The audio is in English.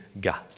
God